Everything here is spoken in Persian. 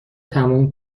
تموم